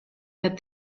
that